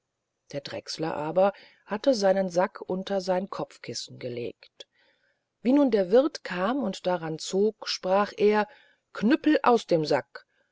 der drechsler aber hatte seinen sack unter sein kopfkissen gelegt wie nun der wirth kam und daran zog sprach er knüppel aus dem sack